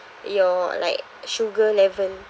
your like sugar level